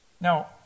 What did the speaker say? Now